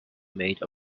made